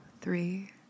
three